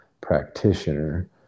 practitioner